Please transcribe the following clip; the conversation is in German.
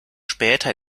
später